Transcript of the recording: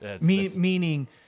Meaning